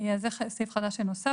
זה סעיף חדש שנוסף.